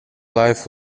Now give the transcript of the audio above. life